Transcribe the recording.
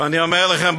אני אומר לכם,